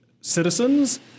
citizens